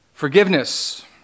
Forgiveness